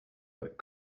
but